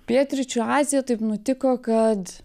pietryčių azija taip nutiko kad